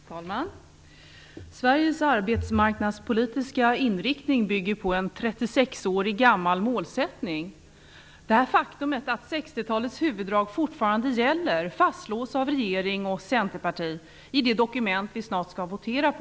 Fru talman! Sveriges arbetsmarknadspolitiska inriktning bygger på en 36-årig, gammal målsättning. Det faktum att 60-talets huvuddrag fortfarande gäller fastslås av regeringen och Centerpartiet i det dokument vi snart skall votera om.